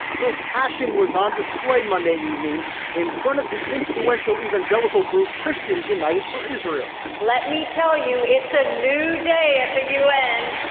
her passion was on display monday evening in front of the influential evangelical group christians united for israel. let me tell you, it's a new day at the u n.